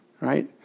right